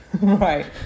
Right